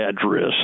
address